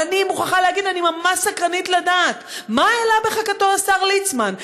אבל אני מוכרחה להגיד שאני ממש סקרנית לדעת: מה העלה בחכתו השר ליצמן?